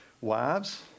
Wives